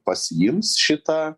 pasiims šitą